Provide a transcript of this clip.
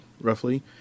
roughly